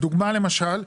דוגמה למשל,